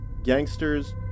gangsters